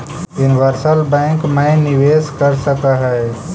universal bank मैं निवेशक निवेश कर सकऽ हइ